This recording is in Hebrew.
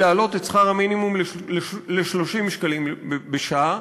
היא להעלות את שכר המינימום ל-30 שקלים לשעה.